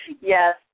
Yes